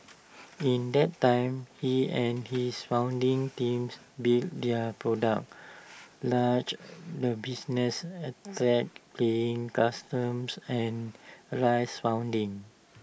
in that time he and his founding teams built their product launched the business attracted paying customers and raised funding